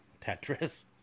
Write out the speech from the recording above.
Tetris